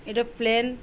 aeroplane